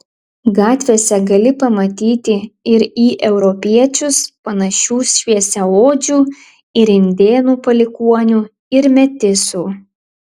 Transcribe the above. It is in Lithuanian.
gatvėse gali pamatyti ir į europiečius panašių šviesiaodžių ir indėnų palikuonių ir metisų